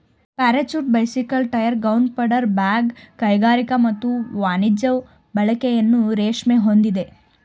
parachute bicycle tyre gunpowder bag ಕೈಗಾರಿಕಾ ಮತ್ತು ವಾಣಿಜ್ಯ ಬಳಕೆಯನ್ನು ರೇಷ್ಮೆ ಹೊಂದಿದೆ